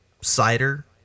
cider